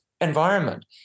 environment